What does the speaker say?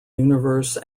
universe